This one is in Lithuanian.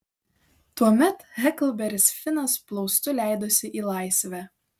tuomet heklberis finas plaustu leidosi į laisvę